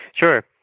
Sure